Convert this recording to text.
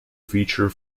feature